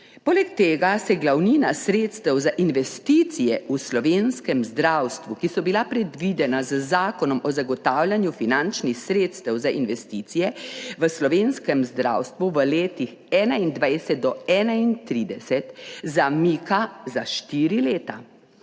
Poleg tega se glavnina sredstev za investicije, ki so bila predvidena z Zakonom o zagotavljanju finančnih sredstev za investicije v slovenskem zdravstvu v letih 2021-2031, zamika za štiri leta;